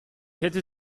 hätte